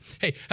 Hey